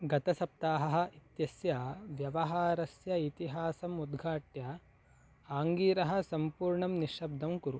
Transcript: गतसप्ताहः इत्यस्य व्यवहारस्य इतिहासम् उद्घाट्य आङ्गीरः सम्पूर्णं निःशब्दं कुरु